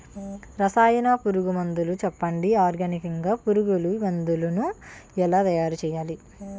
రసాయన పురుగు మందులు చెప్పండి? ఆర్గనికంగ పురుగు మందులను ఎలా తయారు చేయాలి?